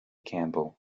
campbell